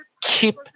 keep